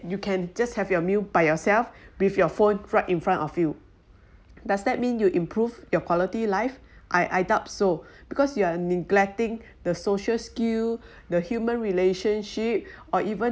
you can just have your meal by yourself with your phone right in front of you does that mean you improve your quality life I I doubt so because you are neglecting the social skill the human relationship or even